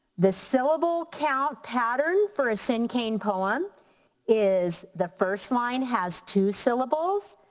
the syllable count pattern for a so cinquain poem is the first line has two syllables.